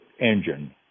engine